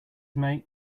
mate